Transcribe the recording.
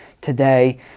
today